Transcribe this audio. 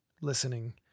listening